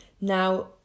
Now